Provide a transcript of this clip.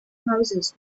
houses